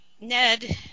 Ned